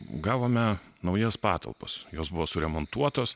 gavome naujas patalpas jos buvo suremontuotos